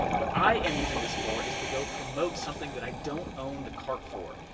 what i am using this for is to go promote something that i don't own the cart for,